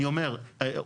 אני אומר,